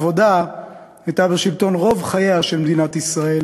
העבודה הייתה בשלטון רוב חייה של מדינת ישראל,